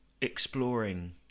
exploring